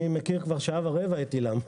אני מכיר כבר שעה ורבע את עילם,